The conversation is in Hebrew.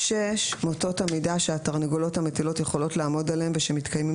מוטות עמידה שהתרנגולות המטילות יכולות לעמוד עליהם ושמתקיימים